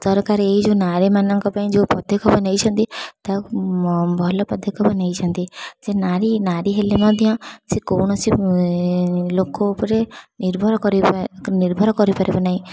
ସରକାର ଏଇ ଯେଉଁ ନାରୀ ମାନଙ୍କ ପାଇଁ ଯେଉଁ ପଦକ୍ଷେପ ନେଇଛନ୍ତି ତାକୁ ଭଲ ପଦକ୍ଷେପ ନେଇଛନ୍ତି ସେ ନାରୀ ନାରୀ ହେଲେ ମଧ୍ୟ ସେ କୌଣସି ଲୋକ ଉପରେ ନିର୍ଭର କରି ନିର୍ଭର କରିପାରିବ ନାହିଁ